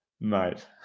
mate